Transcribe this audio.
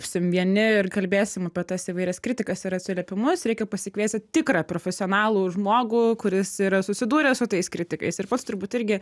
būsim vieni ir kalbėsim apie tas įvairias kritikas ir atsiliepimus reikia pasikviesti tikrą profesionalų žmogų kuris yra susidūręs su tais kritikais ir pats turbūt irgi